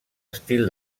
estil